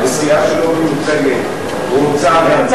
וסיעה שלא מיוצגת רוצה גם,